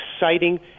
exciting